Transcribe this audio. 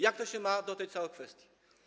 Jak to się ma do tej całej kwestii?